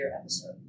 episode